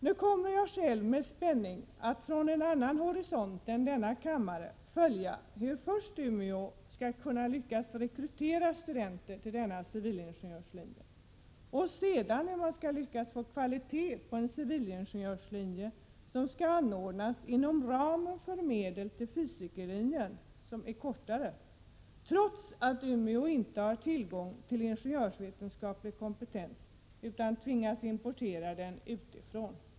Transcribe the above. Nu kommer jag med spänning att från en annan horisont än denna kammare följa hur först Umeå skall lyckas rekrytera studenter till denna Prot. 1987/88:104 civilingenjörslinje och sedan hur man skall lyckas få kvalitet på en civilingen jörslinje som skall anordnas inom ramen för medel till fysikerlinjen, som är kortare, trots att Umeå inte har tillgång till ingenjörsvetenskaplig kompetens utan tvingas importera den utifrån.